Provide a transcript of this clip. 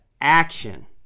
action